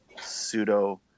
pseudo